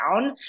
down